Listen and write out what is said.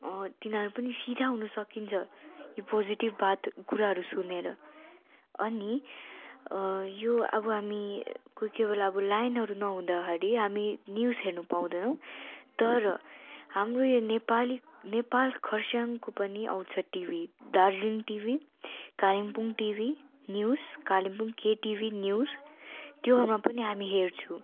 तिनीहरू पनि सिधा हुन सकिन्छ यो पोजिटिभ बात कुराहरू सुनेर अनि यो अब हामी कोही कोही बेला अब लाइनहरू नहुँदाखेरि हामी न्युज हेर्नु पाउँदैनौँ तर हाम्रो यो नेपाली नेपाल खर्साङको पनि आउँछ TV Darjeeling TV Kalimpong TV news Kalimpong KTV news त्योहरूमा पनि हामी हेर्छौँ